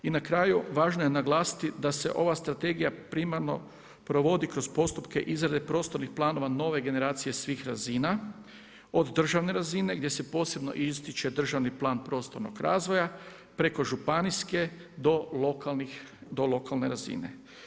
I na kraju važno je naglasiti da se ova strategija primarno provodi kroz postupke izrade prostornih planova nove generacije svih razina od državne razine gdje se posebno ističe državni plan prostornog razvoja, preko županijske do lokalne razine.